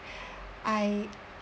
I